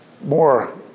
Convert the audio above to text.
more